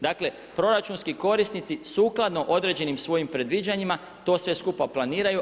Dakle, proračunski korisnici sukladno određenim svojim predviđanjima to sve skupa planiraju.